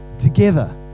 together